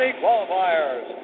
qualifiers